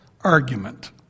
argument